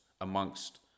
amongst